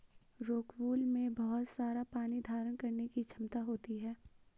rockwool में बहुत सारा पानी धारण करने की क्षमता होती है